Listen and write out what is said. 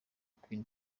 quelque